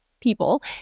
people